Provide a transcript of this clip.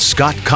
Scott